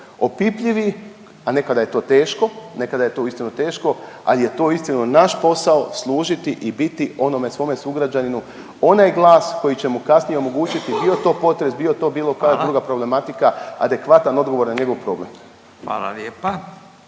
opipljivi, a nekada je to teško, nekada je to uistinu teško ali je to uistinu naš posao, služiti i biti onome svome sugrađaninu onaj glas koji će mu kasnije omogućiti bio to potres, bio to bilo koja druga problematika …/Upadica Radin: Hvala./… adekvatan odgovor na njegov problem. **Radin,